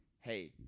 hey